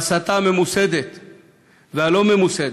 בהסתה, הממוסדת והלא-ממוסדת.